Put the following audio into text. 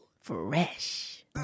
Fresh